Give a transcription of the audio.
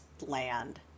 land